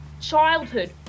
childhood